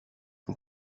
and